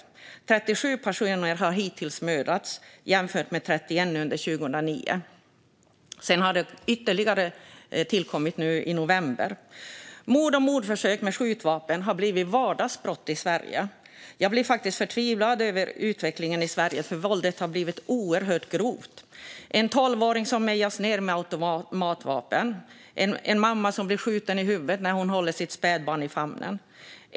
Hittills har 37 personer mördats, jämfört med 31 under 2019, och ytterligare har tillkommit nu i november. Mord och mordförsök med skjutvapen har blivit vardagsbrott i Sverige. Jag blir faktiskt förtvivlad över utvecklingen i Sverige, för våldet har blivit oerhört grovt. En tolvåring mejas ned med automatvapen. En mamma blir skjuten i huvudet när hon håller sitt spädbarn i famnen.